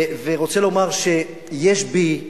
ורוצה לומר שיש בי איזושהי,